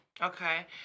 Okay